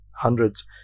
hundreds